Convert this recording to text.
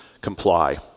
comply